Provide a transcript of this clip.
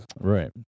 Right